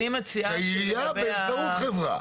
העירייה באמצעות חברה.